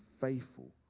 faithful